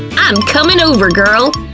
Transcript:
i'm comin' over, girl!